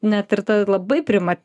net ir ta labai prima